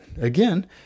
Again